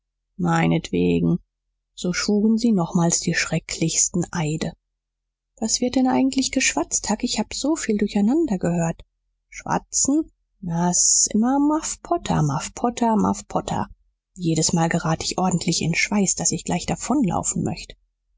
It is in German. meinetwegen so schwuren sie nochmals die schrecklichsten eide was wird denn eigentlich geschwatzt huck ich hab so viel durch'nander gehört schwatzen na s ist immer muff potter muff potter muff potter jedesmal gerat ich ordentlich in schweiß daß ich gleich davonlaufen möcht